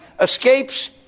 escapes